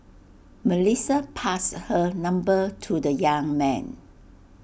Melissa passed her number to the young man